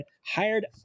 hired